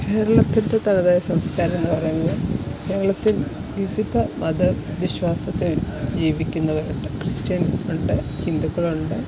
കേരളത്തിൻ്റെ തനതായ സംസ്കാരം എന്നു പറയുന്നത് കേരളത്തിൽ വിവിധ മത വിശ്വാസത്തിൽ ജീവിക്കുന്നവരുണ്ട് ക്രിസ്ത്യൻ ഉണ്ട് ഹിന്ദുക്കളുണ്ട്